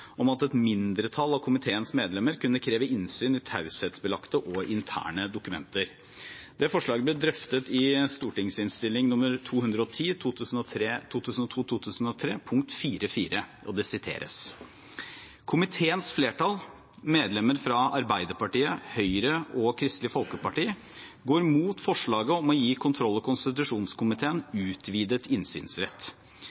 om at et mindretall av komiteens medlemmer kunne kreve innsyn i taushetsbelagte og interne dokumenter. Det forslaget ble drøftet i Innst. S nr. 210 for 2002–2003, punkt 4.4., og jeg siterer: «Komiteens flertall, medlemmene fra Arbeiderpartiet, Høyre og Kristelig Folkeparti, går mot forslaget om å gi kontroll- og konstitusjonskomiteen